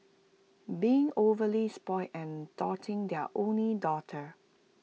being overly spoilt and doting their only daughter